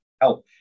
help